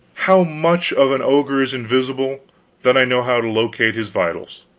how much of an ogre is invisible then i know how to locate his vitals.